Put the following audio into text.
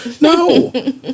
No